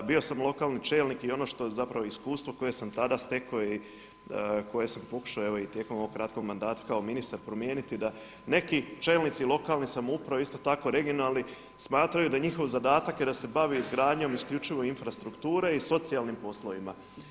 Bio sam lokalni čelnik i ono što zapravo iskustvo koje sam tada stekao koje sam pokušao evo i tijekom ovog kratkog mandata kao ministar promijeniti da neki čelnici lokalne samouprave isto tak regionalni smatraju da je njihov zadatak i da se bave izgradnjom isključivo infrastrukture i socijalnim poslovima.